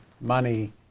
money